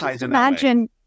imagine